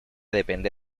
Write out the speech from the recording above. depende